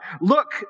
Look